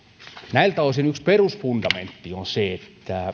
näiltä osin yksi perusfundamentti on se